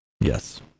Yes